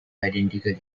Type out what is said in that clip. identically